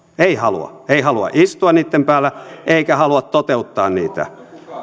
ei halua ei halua istua niitten päällä eikä halua toteuttaa niitä